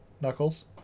Knuckles